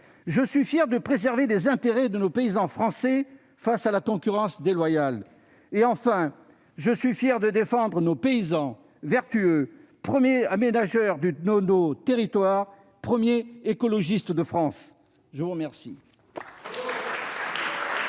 je suis fier de préserver les intérêts de nos paysans français face à la concurrence déloyale ; enfin, je suis fier de défendre nos paysans vertueux, premiers aménageurs de nos territoires et premiers écologistes de France. Excellent